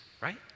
right